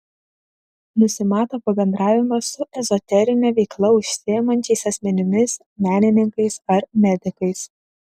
nusimato pabendravimas su ezoterine veikla užsiimančiais asmenimis menininkais ar medikais